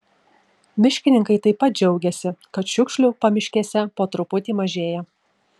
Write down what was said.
miškininkai taip pat džiaugiasi kad šiukšlių pamiškėse po truputį mažėja